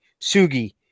Sugi